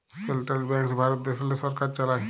central banks Bharat দ্যাশেল্লে সরকার চালায়